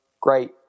great